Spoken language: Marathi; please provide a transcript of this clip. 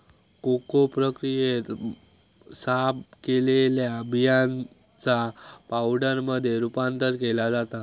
कोको प्रक्रियेत, साफ केलेल्या बियांचा पावडरमध्ये रूपांतर केला जाता